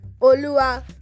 Olua